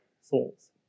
souls